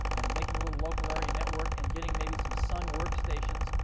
and making a little local area network, and getting maybe some sun workstations,